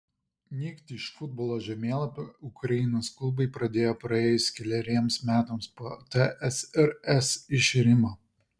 nykti iš futbolo žemėlapio ukrainos klubai pradėjo praėjus keleriems metams po tsrs iširimo